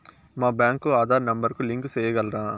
మా బ్యాంకు కు ఆధార్ నెంబర్ కు లింకు సేయగలరా?